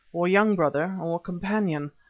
or young brother, or companion.